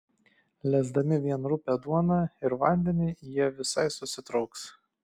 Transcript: lesdami vien rupią duoną ir vandenį jie visai susitrauks